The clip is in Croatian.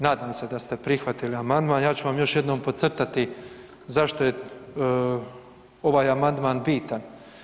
Nadam se da ste prihvatili amandman, ja ću vam još jednom podcrtati zašto je ovaj amandman bitan.